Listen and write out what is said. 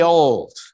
old